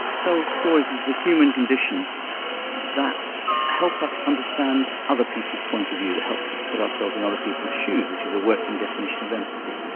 tells stories of the human condition that help us understand other people's point of view, it helps us put ourselves in other people's shoes, which is a working definition of empathy.